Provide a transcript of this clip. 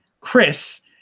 Chris